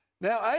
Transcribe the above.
Now